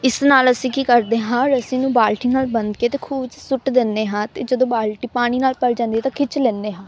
ਇਸ ਨਾਲ ਅਸੀਂ ਕੀ ਕਰਦੇ ਹਾਂ ਰੱਸੀ ਨੂੰ ਬਾਲਟੀ ਨਾਲ ਬੰਨ ਕੇ ਤੇ ਖੂਹ ਵਿੱਚ ਸੁੱਟ ਦਿੰਦੇ ਹਾਂ ਅਤੇ ਜਦੋਂ ਬਾਲਟੀ ਪਾਣੀ ਨਾਲ ਭਰ ਜਾਂਦੀ ਆ ਤਾਂ ਖਿੱਚ ਲੈਂਦੇ ਹਾਂ